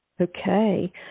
Okay